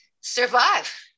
survive